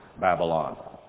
Babylon